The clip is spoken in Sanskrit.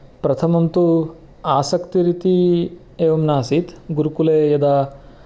प्रथमं तु आसक्तिरिति एवं नासीत् गुरुकुले यदा